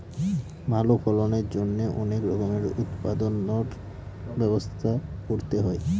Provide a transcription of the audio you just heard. ভালো ফলনের জন্যে অনেক রকমের উৎপাদনর ব্যবস্থা করতে হয়